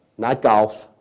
not golf.